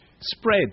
spread